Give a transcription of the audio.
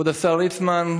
כבוד השר ליצמן,